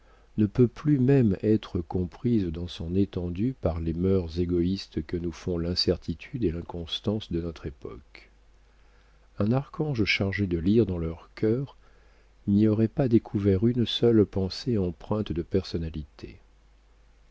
ne peut plus même être comprise dans son étendue par les mœurs égoïstes que nous font l'incertitude et l'inconstance de notre époque un archange chargé de lire dans leurs cœurs n'y aurait pas découvert une seule pensée empreinte de personnalité